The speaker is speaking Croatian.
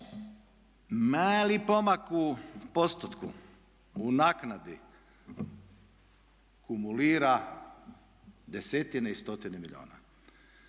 mali pomak u postotku, u naknadi kumulira desetine i stotine milijuna.